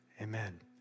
Amen